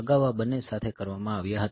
અગાઉ આ બંને સાથે કરવામાં આવ્યા હતા